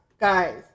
guys